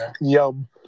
Yum